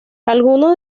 algunos